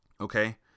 Okay